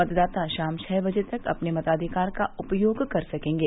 मतदाता शाम छः बजे तक अपने मताधिकार का उपयोग कर सकेंगे